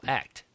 act